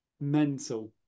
Mental